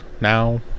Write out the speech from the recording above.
now